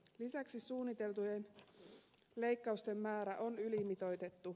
lisäksi suunniteltujen leikkausten määrä on ylimitoitettu